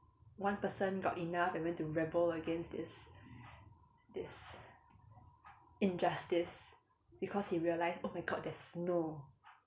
one person got enough and went to rebel against this this injustice because he realise oh my god there's snow